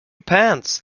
pants